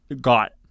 got